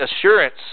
assurance